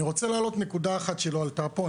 אני רוצה להעלות עוד נקודה שלא עלתה פה.